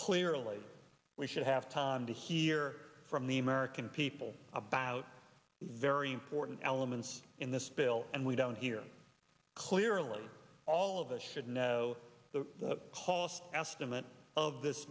clearly we should have time to hear from the american people about the very important elements in this bill and we don't hear clearly all of us should know the cost estimate of this